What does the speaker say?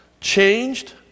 changed